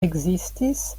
ekzistis